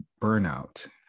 burnout